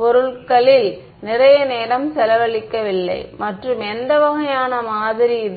பொருட்களில் நிறைய நேரம் செலவழிக்கவில்லை மற்றும் எந்த வகையான மாதிரி இது